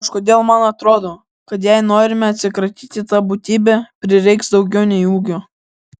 kažkodėl man atrodo kad jei norime atsikratyti ta būtybe prireiks daugiau nei ūgio